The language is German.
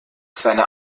seiner